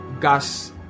gas